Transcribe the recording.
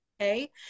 Okay